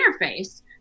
interface